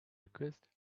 request